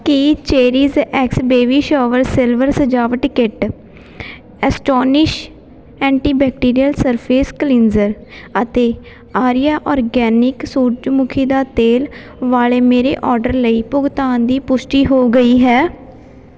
ਕੀ Cherishx baby shower silver ਸਜਾਵਟ kit Astonish antibacterial surface cleanser ਅਤੇ Arya organic ਸੂਰਜਮੁਖੀ ਦਾ ਤੇਲ ਵਾਲੇ ਮੇਰੇ ਔਰਡਰ ਲਈ ਭੁਗਤਾਨ ਦੀ ਪੁਸ਼ਟੀ ਹੋ ਗਈ ਹੈ